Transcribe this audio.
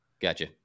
gotcha